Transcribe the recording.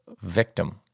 victim